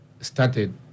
started